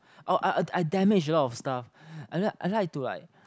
oh uh uh I damage a lot of stuff and then I like to like